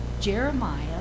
Jeremiah